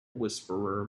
whisperer